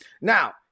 Now